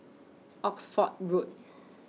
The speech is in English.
Oxford Road